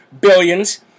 billions